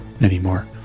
anymore